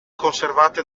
conservate